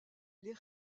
les